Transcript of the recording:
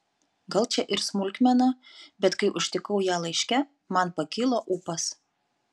gal čia ir smulkmena bet kai užtikau ją laiške man pakilo ūpas